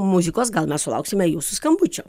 muzikos gal mes sulauksime jūsų skambučio